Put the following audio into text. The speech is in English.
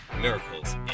miracles